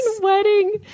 wedding